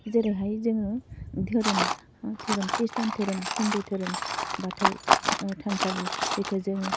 जेरैहाय जोङो धोरोम धोरोम खृष्टान धोरोम हिन्दु धोरोम बाथौ थानसालि बेखौ जोङो